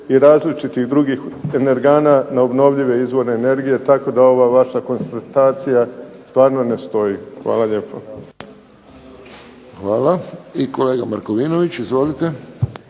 i različitih drugih energana na obnovljive izvore energije tako da ova vaša konstatacija stvarno ne stoji. Hvala lijepo. **Friščić, Josip (HSS)** Hvala. I kolega Markovinović, izvolite.